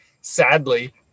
sadly